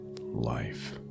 life